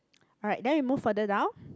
alright then we move further down